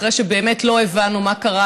אחרי שבאמת לא הבנו מה קרה,